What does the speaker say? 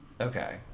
Okay